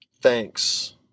Thanks